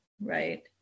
right